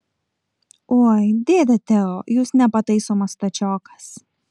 oi dėde teo jūs nepataisomas stačiokas